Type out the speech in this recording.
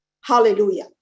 hallelujah